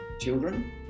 children